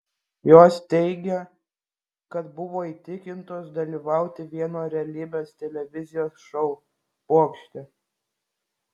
jos teigia kad buvo įtikintos dalyvauti vieno realybės televizijos šou pokšte